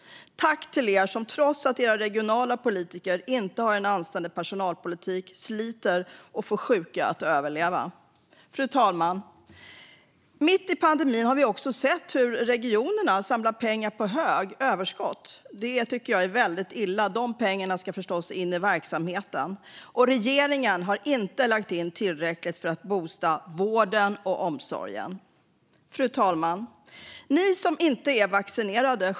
Tack till er som trots att era regionala politiker inte har en anständig personalpolitik sliter och får sjuka att överleva! Fru talman! Mitt i pandemin har vi sett hur regionerna samlar pengar, överskott, på hög. Det tycker jag är väldigt illa. De pengarna ska förstås in i verksamheten. Och regeringen har inte lagt in tillräckligt för att boosta vården och omsorgen. Fru talman!